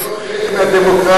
זה לא חלק מהדמוקרטיה.